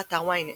באתר ynet,